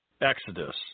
Exodus